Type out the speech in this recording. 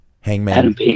Hangman